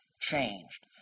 changed